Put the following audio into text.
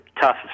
tough